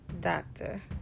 doctor